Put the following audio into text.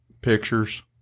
pictures